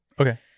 Okay